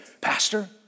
pastor